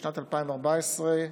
בשנת 2014,